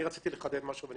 אני רציתי לחדד משהו,